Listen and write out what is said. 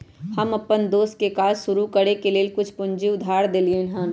हम अप्पन दोस के काज शुरू करए के लेल कुछ पूजी उधार में देलियइ हन